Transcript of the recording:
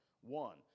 One